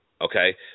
Okay